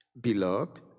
Beloved